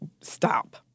stop